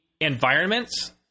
environments